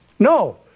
No